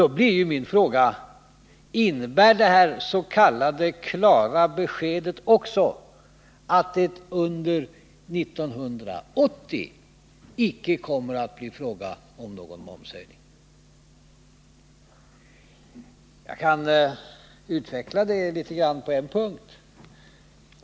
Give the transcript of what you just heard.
Då blir ju min fråga: Innebär det här s.k. klara beskedet också att det under 1980 icke kommer att bli fråga om någon momshöjning? Jag kan utveckla resonemanget litet grand på en punkt.